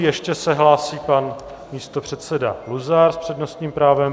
Ještě se hlásí pan místopředseda Luzar s přednostním právem.